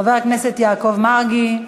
חבר הכנסת יעקב מרגי,